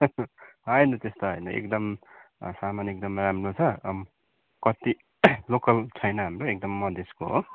होइन त्यस्तो होइन एकदम सामान एकदमै राम्रो छ कति लोकल छैन हाम्रो एकदम मधेसको हो